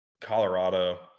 Colorado